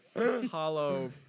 hollow